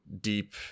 deep